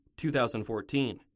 2014